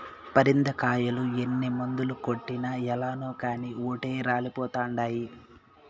పరింద కాయలు ఎన్ని మందులు కొట్టినా ఏలనో కానీ ఓటే రాలిపోతండాయి